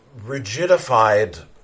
rigidified